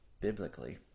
biblically